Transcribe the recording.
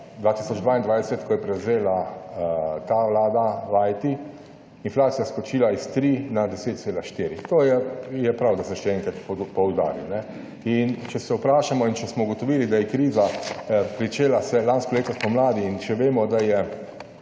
2022, ko je prevzela ta Vlada vajeti, inflacija skočila iz 3 na 10,4. To je prav, da se še enkrat poudari. In če se vprašamo in če smo ugotovili, da je kriza pričela se lansko leto spomladi in če vemo, da je